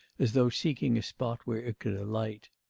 as though seeking a spot where it could alight.